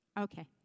Okay